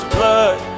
blood